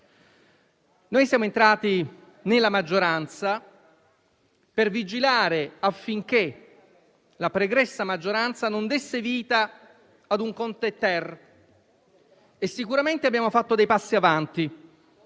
Noi siamo entrati nella maggioranza per vigilare affinché la pregressa maggioranza non desse vita ad un Conte-*ter* e sicuramente abbiamo fatto dei passi avanti.